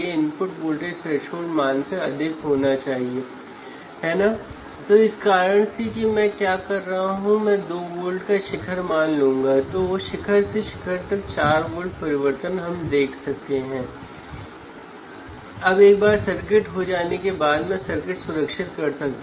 अब यह वोल्टेज वह बफर में यानी 54 मिलीवोल्ट बफर पर 2 बफ़र पर लगाता है